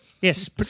Yes